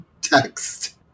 text